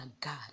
God